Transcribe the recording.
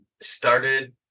started